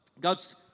God's